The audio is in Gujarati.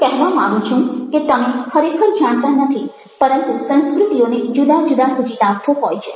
હું કહેવા માગું છું કે તમે ખરેખર જાણતા નથી પરંતુ સંસ્કૃતિઓને જુદા જુદા સૂચિતાર્થો હોય છે